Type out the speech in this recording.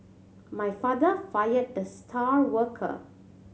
my father fired the star worker